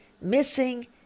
missing